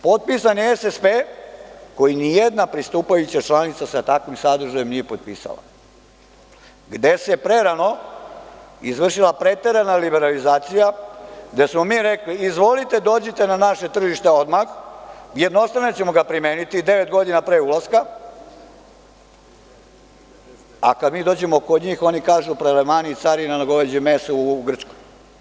Potpisan je SSP koji nijedna pristupajuća članica sa takvim sadržajem nije potpisala, gde se prerano izvršila preterana liberalizacija, gde smo mi rekli – izvolite, dođite na naše tržište odmah, jednostrano ćemo ga primeniti devet godina pre ulaska, a kada mi dođemo kod njih oni kažu- prelevmani, carina na goveđe meso u Grčkoj.